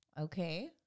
Okay